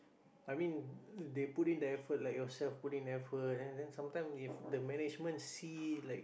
I mean they put in the effort like yourself put in effort and then sometime if the management see like